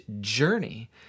journey